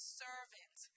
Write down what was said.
servant